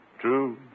true